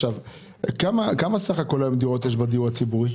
כמה דירות בסך הכול יש היום בדיור הציבורי?